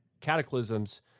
cataclysms